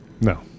No